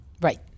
Right